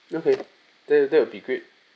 okay then that will be great